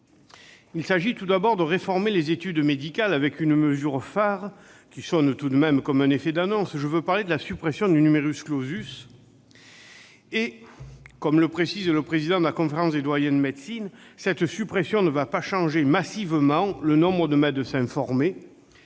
Il s'agit, tout d'abord, de réformer les études médicales avec une mesure phare, qui sonne tout de même comme un effet d'annonce, je veux parler de la suppression du Comme le précise le président de la conférence des doyens de médecine, « cette suppression ne va pas changer massivement le nombre de médecins formés